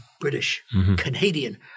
British-Canadian